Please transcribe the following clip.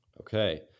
Okay